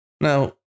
Now